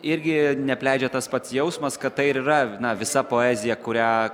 irgi neapleidžia tas pats jausmas kad tai ir yra na visa poezija kurią